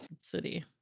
city